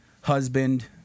husband